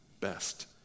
best